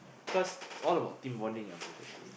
cause it's all about team bonding bro actually